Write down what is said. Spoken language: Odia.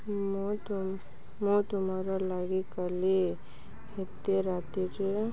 ମୋ ତୁମ ଲାଗି କାଲି ଏତେ ରାତିରେ